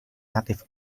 native